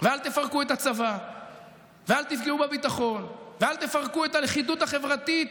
ואל תפרקו את הצבא ואל תפגעו בביטחון ואל תפרקו את הלכידות החברתית,